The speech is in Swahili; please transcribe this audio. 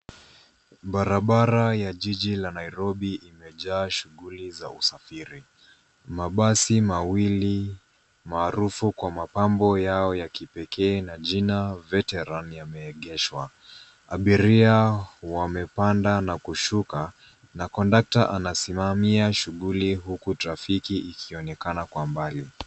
Barabara ya jiji la nairobi imejaa shughuli za usafiri. Mabasi mawili maarufu kwa mapambo yao ya kipekee na jina [cs[Veteran , yameegeshwa. Abiria wamepanda na kushuka na kondakta anasimamia shughuli, huku trafiki ikionekana kwa mbali.